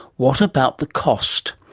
what about the cost?